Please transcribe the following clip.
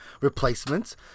replacements